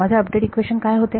माझे update equation काय होते